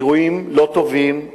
אירועים לא טובים,